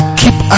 keep